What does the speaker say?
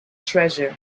treasure